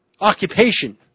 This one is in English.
occupation